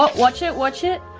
but watch it, watch it,